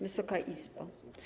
Wysoka Izbo!